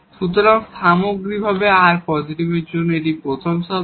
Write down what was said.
সুতরাং সামগ্রিকভাবে r পজিটিভের জন্য এটি হল প্রথম টার্ম